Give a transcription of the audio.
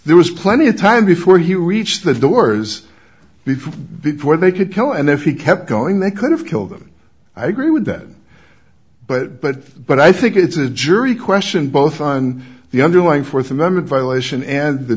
there was plenty of time before he reached the doors before before they could kill and if he kept going they could have killed him i agree with that but but but i think it's a jury question both on the underlying fourth amendment violation and the